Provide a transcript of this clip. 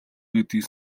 гэдгийг